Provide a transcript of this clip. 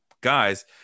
guys